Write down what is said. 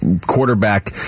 quarterback